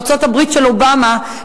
ארצות-הברית של אובמה,